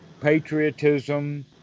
patriotism